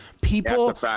people